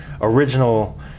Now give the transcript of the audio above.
original